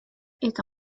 est